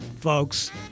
folks